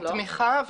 תמיכה,